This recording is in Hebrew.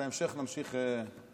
את ההמשך נמשיך בפעם הבאה.